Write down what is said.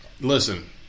Listen